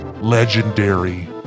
legendary